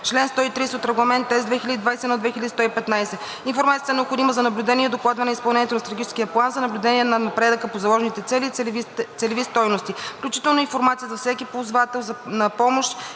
чл. 130 от Регламент (ЕС) 2021/2115. Информацията е необходима за наблюдение и докладване на изпълнението на Стратегически план, за наблюдение на напредъка по заложените цели и целеви стойности, включително информация за всеки ползвател на помощ